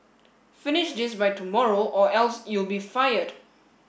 finish this by tomorrow or else you'll be fired